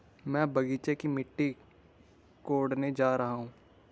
मैं बगीचे की मिट्टी कोडने जा रहा हूं